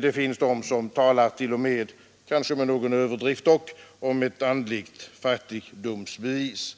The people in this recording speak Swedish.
Det finns t.o.m. de som talar — kanske med någon överdrift — om ett andligt fattigdomsbevis.